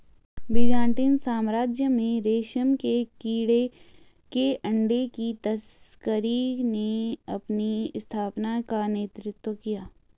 Byzantine साम्राज्य में रेशम के कीड़े के अंडे की तस्करी ने अपनी स्थापना का नेतृत्व किया